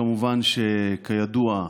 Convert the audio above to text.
כידוע,